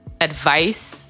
advice